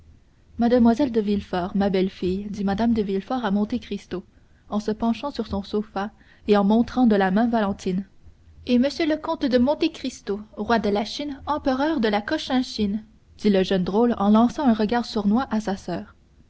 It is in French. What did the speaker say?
mlle de villefort ma belle-fille dit mme de villefort à monte cristo en se penchant sur son sofa et en montrant de la main valentine et monsieur le comte de monte cristo roi de la chine empereur de la cochinchine dit le jeune drôle en lançant un regard sournois à sa soeur